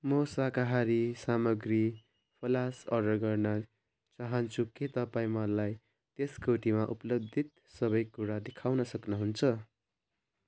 म शाकाहारी सामग्री फ्लास्क अर्डर गर्न चाहन्छु के तपाईँ मलाई त्यस कोटीमा उपलब्ध सबै कुरा देखाउन सक्नुहुन्छ